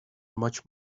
much